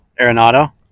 Arenado